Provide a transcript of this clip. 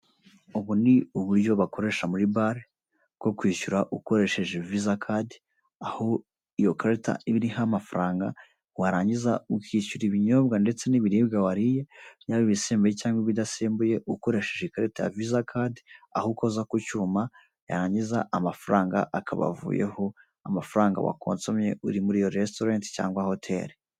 Ubu ni uburyo bakoresha muri bare bwo kwishyura ukoresheje visa cadi, aho iyo karita ibaho amafaranga warangiza ukishyura ibinyobwa ndetse n'ibiribwa wariye bya ibisembuye cyangwa ibidasembuye ukoresheje ikarita visa cadi aho ukoza ku cyuma yarangiza amafaranga akaba avuyeho amafaranga wakosomye uri muri iyo restaurant cyangwa hoteli.